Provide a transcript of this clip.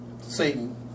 Satan